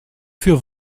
für